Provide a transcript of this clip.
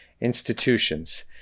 institutions